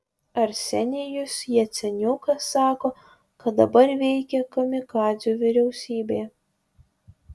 arsenijus jaceniukas sako kad dabar veikia kamikadzių vyriausybė